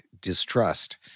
distrust